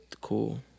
cool